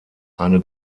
eine